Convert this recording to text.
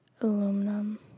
Aluminum